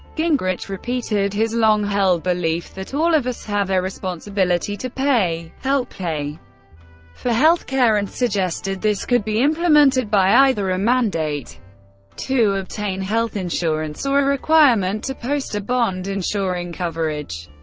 gingrich repeated his long-held belief that all of us have a responsibility to pay help pay for health care, and suggested this could be implemented by either a mandate to obtain health insurance or a requirement to post a bond ensuring coverage.